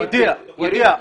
ודיע,